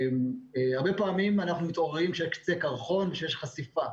הרבה פעמים אנחנו מתעוררים כשיש קצה קרחון וכשיש חשיפה.